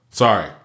Sorry